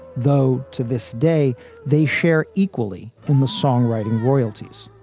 though to this day they share equally in the songwriting royalties.